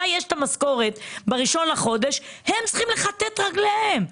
לה יש משכורת ב-1 בחודש והם צריך לכתת את רגליהם.